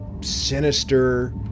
sinister